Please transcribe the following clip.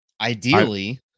Ideally